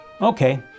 Okay